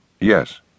Yes